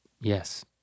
Yes